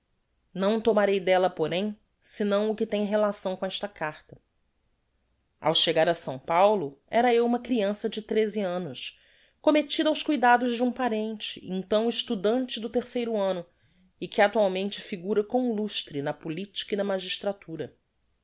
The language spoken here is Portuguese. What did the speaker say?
não tomarei della porem sinão o que tem relação com esta carta ao chegar a s paulo era eu uma criança de treze annos commettida aos cuidados de um parente então estudante do terceiro anno e que actualmente figura com lustre na politica e na magistratura